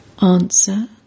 Answer